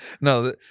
no